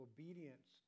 Obedience